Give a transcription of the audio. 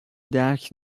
درک